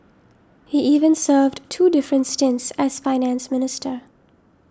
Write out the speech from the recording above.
he even served two different stints as Finance Minister